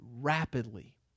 rapidly